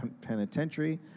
penitentiary